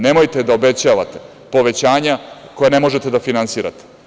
Nemojte da obećavate obećanja koja ne možete da finansirate.